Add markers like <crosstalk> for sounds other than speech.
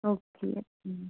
okay <unintelligible>